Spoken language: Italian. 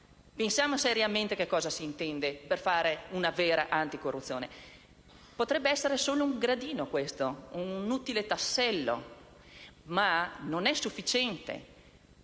Pensiamo seriamente che cosa si intende fare per una vera anticorruzione. Potrebbe essere questo solo un gradino, un utile tassello, ma non è sufficiente.